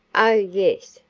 oh, yes,